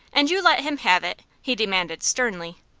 and you let him have it? he demanded, sternly.